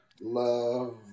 love